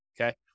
okay